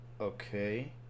okay